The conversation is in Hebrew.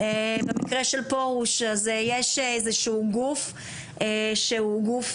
במקרה של פרוש יש איזשהו גוף שהוא גוף